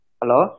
hello